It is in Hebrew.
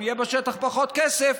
אם יהיה בשטח פחות כסף,